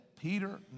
Peter